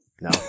No